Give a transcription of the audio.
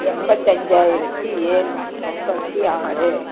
எண்பத்தஞ்சாயிரத்தி எழ்நூத்தி முப்பத்தி ஆறு